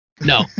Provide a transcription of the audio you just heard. No